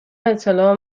اطلاع